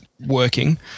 working